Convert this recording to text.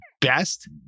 best